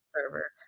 server